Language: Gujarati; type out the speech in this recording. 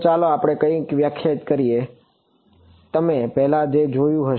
તો ચાલો આપણે કંઈક વ્યાખ્યાયિત કરીએ જે તમે પહેલા જ જોયું હશે